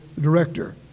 director